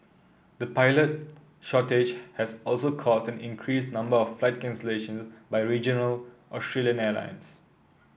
the pilot shortage has also caused an increased number of flight cancellations by regional Australian airlines